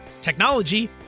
technology